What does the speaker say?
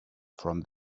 from